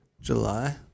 July